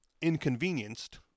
inconvenienced